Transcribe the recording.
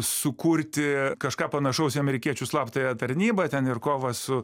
sukurti kažką panašaus į amerikiečių slaptąją tarnybą ten ir kovą su